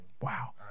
Wow